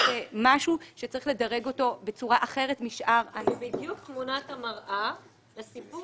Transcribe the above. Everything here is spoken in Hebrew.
במשהו שצריך לדרג אותו בצורה אחרת משאר --- זו בדיוק תמונת המראה לסיפור